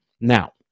Now